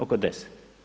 Oko 10.